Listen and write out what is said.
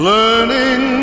Learning